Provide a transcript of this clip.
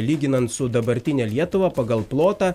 lyginant su dabartine lietuva pagal plotą